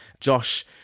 josh